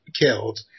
killed